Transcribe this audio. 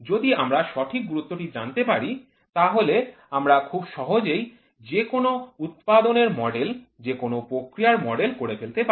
যদি আমরা সঠিক গুরুত্বটি জানতে পারি তাহলে আমরা খুব সহজেই যেকোনো উৎপাদনের মডেল যে কোন প্রক্রিয়ার মডেল করে ফেলতে পারি